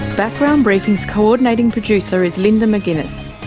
background briefing's coordinating producer is linda mcginness.